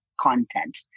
content